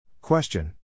Question